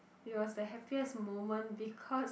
it was the happiest moment because